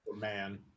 man